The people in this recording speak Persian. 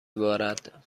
بارد